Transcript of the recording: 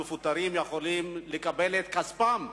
המפוטרים יכולים לקבל את כספם,